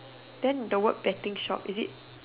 then the word betting shop is it